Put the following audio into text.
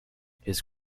his